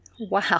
Wow